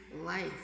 life